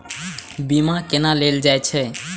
बीमा केना ले जाए छे?